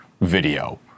video